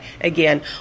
again